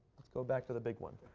let's go back to the big one.